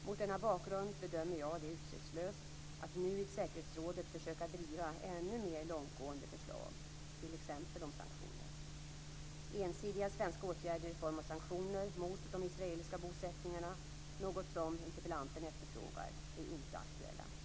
Mot denna bakgrund bedömer jag det utsiktslöst att nu i säkerhetsrådet försöka driva ännu mer långtgående förslag, t.ex. om sanktioner. Ensidiga svenska åtgärder i form av sanktioner mot de israeliska bosättningarna - något som interpellanten efterfrågar - är inte aktuella.